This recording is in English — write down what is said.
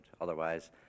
otherwise